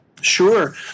Sure